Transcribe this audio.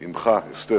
ואת אמך אסתר,